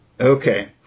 okay